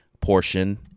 portion